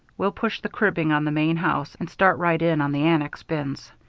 we'll push the cribbing on the main house and start right in on the annex bins.